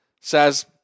says